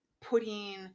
putting